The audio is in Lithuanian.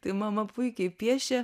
tai mama puikiai piešė